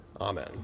Amen